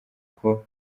kuko